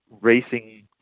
racing